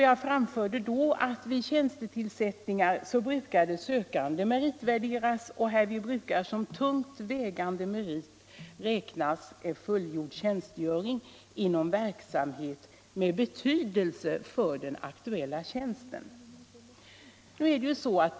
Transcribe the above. Jag anförde då att sökande vid tjänstetillsättningar brukar meritvärderas och att härvid som tungt vägande merit brukar räknas fullgjord tjänstgöring inom verksamhet med betydelse för den aktuella tjänsten.